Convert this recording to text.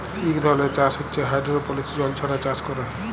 ইক ধরলের চাষ হছে হাইডোরোপলিক্স জল ছাড়া চাষ ক্যরে